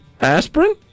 Aspirin